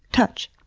touch,